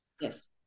yes